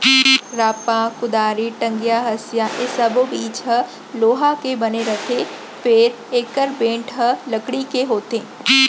रांपा, कुदारी, टंगिया, हँसिया ए सब्बो चीज ह लोहा के बने रथे फेर एकर बेंट ह लकड़ी के होथे